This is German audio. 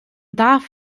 darf